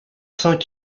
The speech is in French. cinq